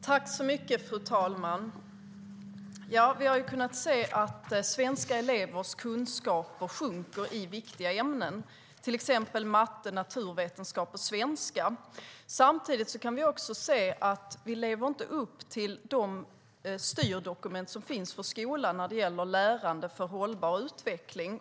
Fru talman! Vi har kunnat se att svenska elevers kunskaper sjunker i viktiga ämnen, till exempel matte, naturvetenskap och svenska. Samtidigt kan vi se att vi inte lever upp till de styrdokument som finns för skolan när det gäller lärande för hållbar utveckling.